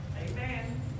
Amen